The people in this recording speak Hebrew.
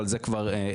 אבל על זה כבר נדבר